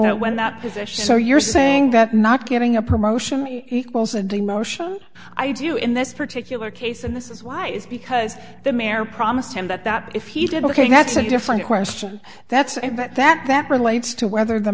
that when that position so you're saying that not getting a promotion equals a demotion i do in this particular case and this is why is because the mayor promised him that that if he did ok that's a different question that's it but that that relates to whether the